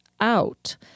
out